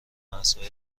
مسائل